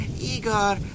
igor